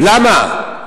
למה?